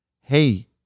Hey